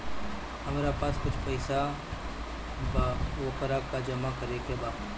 हमरा पास कुछ पईसा बा वोकरा के जमा करे के बा?